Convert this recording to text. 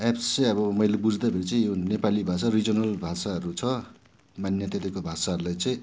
apps चाहिँ अब मैले बुझ्दाखेरि चाहिँ यो नेपाली भाषा रिजनल भाषाहरू छ मान्यता दिएको भाषाहरूलाई चाहिँ